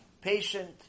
patient